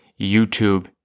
YouTube